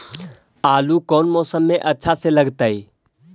आलू कौन मौसम में अच्छा से लगतैई?